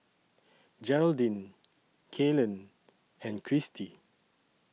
Jeraldine Kalen and Kristi